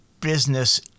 business